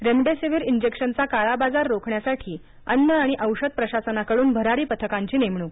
remdesivir इंजेक्शनचा काळाबाजार रोखण्यासाठी अन्न आणि औषध प्रशासनाकडून भरारी पथकांची नेमणूक